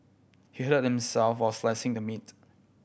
he hurt himself while slicing the meat